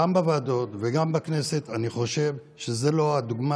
גם בוועדות וגם בכנסת, אני חושב שזה לא דוגמה.